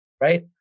right